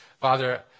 Father